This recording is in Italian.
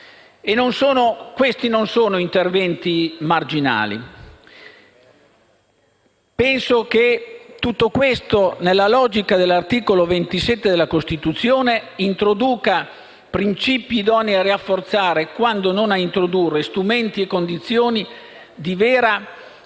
Questi non sono interventi marginali. Penso che tutto ciò, nella logica dell'articolo 27 della Costituzione, introduca princìpi idonei a rafforzare, quando non ad introdurre, strumenti e condizioni di vera